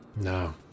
no